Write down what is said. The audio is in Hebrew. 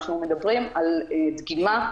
אנחנו מדברים על דגימה,